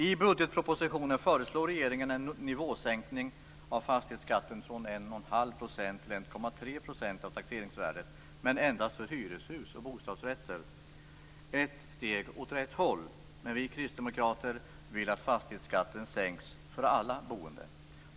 I budgepropositionen föreslår regeringen en nivåsänkning av fastighetsskatten från 1,5 % till 1,3 % av taxeringsvärdet, men endast för hyreshus och bostadsrätter. Ett steg åt rätt håll. Men vi kristdemokrater vill att fastighetsskatten sänks för alla boende.